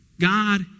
God